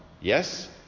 yes